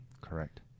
Correct